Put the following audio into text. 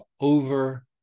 over